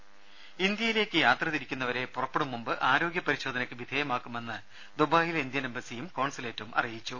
രേര ഇന്ത്യയിലേക്ക് യാത്രതിരിക്കുന്നവരെ പുറപ്പെടും മുമ്പ് ആരോഗ്യ പരിശോധനയ്ക്ക് വിധേയമാക്കുമെന്ന് ദുബായിലെ ഇന്ത്യൻ എംബസിയും കോൺസുലേറ്റും അറിയിച്ചു